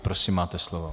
Prosím, máte slovo.